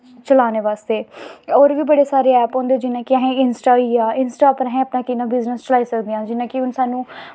चलाने बास्तै होर बी बड़े सारे ऐप होंदे जियां कि अहें इंस्टा होई गेआ इंस्टा उप्पर अस कि'यां बिज़नस चलाई सकदे आं जियां कि हून सानूं